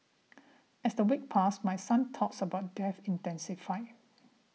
as the weeks passed my son's thoughts about death intensified